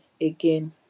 again